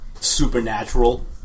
supernatural